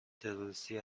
تروریستی